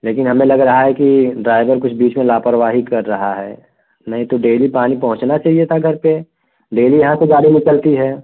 लेकिन हमें लग रहा है कि ड्राइवर कुछ बीच में लापरवाही कर रहा है नहीं तो डेली पानी पहुँचना चाहिए था घर पर डेली यहाँ से गाड़ी निकलती है